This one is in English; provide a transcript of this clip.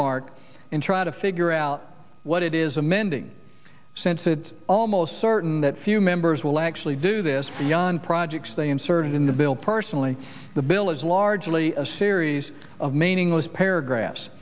mark in try to figure out what it is amending since it almost certain that few members will actually do this beyond projects they inserted in the bill personally the bill is largely a series of meaningless paragraphs